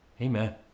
Amen